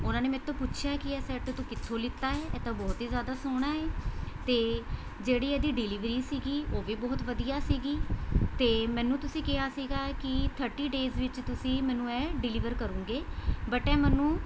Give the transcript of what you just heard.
ਉਹਨਾਂ ਨੇ ਮੇਰੇ ਤੋਂ ਪੁੱਛਿਆ ਕਿ ਇਹ ਸੈੱਟ ਤੂੰ ਕਿੱਥੋਂ ਲਿੱਤਾ ਹੈ ਇਹ ਤਾਂ ਬਹੁਤ ਹੀ ਜ਼ਿਆਦਾ ਸੋਹਣਾ ਏ ਅਤੇ ਜਿਹੜੀ ਇਹਦੀ ਡਿਲੀਵਰੀ ਸੀਗੀ ਉਹ ਵੀ ਬਹੁਤ ਵਧੀਆ ਸੀਗੀ ਅਤੇ ਮੈਨੂੰ ਤੁਸੀਂ ਕਿਹਾ ਸੀਗਾ ਕਿ ਥਰਟੀ ਡੇਜ਼ ਵਿੱਚ ਤੁਸੀਂ ਮੈਨੂੰ ਇਹ ਡਿਲੀਵਰ ਕਰੂਂਗੇ ਬਟ ਇਹ ਮੈਨੂੰ